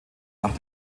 nach